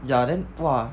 ya then !wah!